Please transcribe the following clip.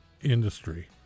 industry